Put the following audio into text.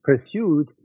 pursued